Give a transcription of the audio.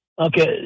Okay